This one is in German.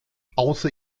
außer